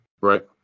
Right